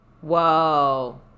Whoa